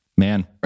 Man